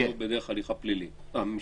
בדרך ההליך המשפטי,